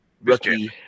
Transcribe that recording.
rookie